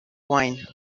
wine